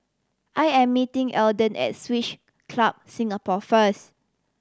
I am meeting Eldon at Swiss Club Singapore first